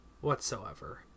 whatsoever